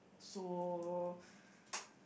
so